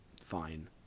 Fine